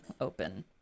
open